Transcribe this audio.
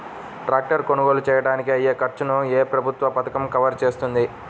Tractor కొనుగోలు చేయడానికి అయ్యే ఖర్చును ఏ ప్రభుత్వ పథకం కవర్ చేస్తుంది?